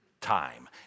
time